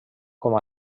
com